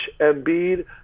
Embiid –